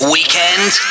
Weekend